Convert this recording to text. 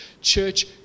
church